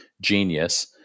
genius